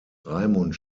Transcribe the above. raimund